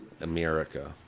America